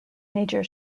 major